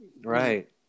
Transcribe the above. right